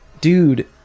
dude